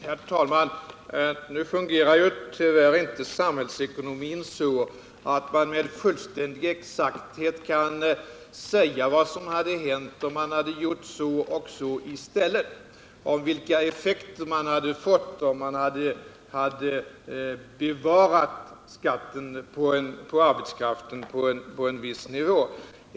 Herr talman! Nu fungerar ju tyvärr inte samhällsekonomin så, att man med fullständig exakthet kan säga vad som hade hänt om man hade gjort så och så istället — och vilka effekter man hade fått om man t.ex. hade bevarat skatten på arbetskraften på en viss nivå.